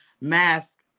mask